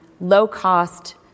low-cost